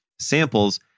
samples